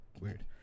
Weird